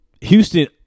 Houston